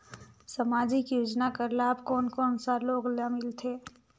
समाजिक योजना कर लाभ कोन कोन सा लोग ला मिलथे?